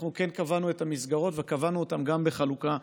אנחנו כן קבענו את המסגרות וקבענו אותן בחלוקה,